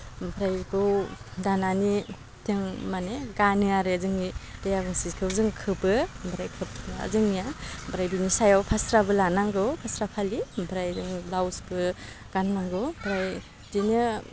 ओमफ्राय बिखौ दानानि जों माने गानो आरो जोंनि देहा मुस्रिखौ जों खोबो ओमफ्राय खोबना जोंनिया ओमफ्राय बेनि सायाव फास्राबो लानांगौ फास्रा फालि ओमफ्राय जोङो ब्लाउसबो गाननांगौ ओमफ्राय बिदिनो